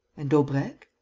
and daubrecq?